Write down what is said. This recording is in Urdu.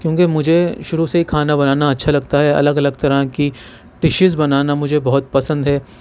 کیونکہ مجھے شروع سے ہی کھانا بنانا اچھا لگتا ہے الگ الگ طرح کی ڈشز بنانا مجھے بہت پسند ہے